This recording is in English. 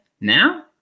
now